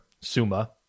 Suma